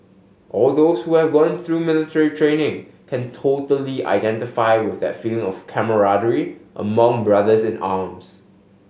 all those who have gone through military training can totally identify with that feeling of camaraderie among brothers in arms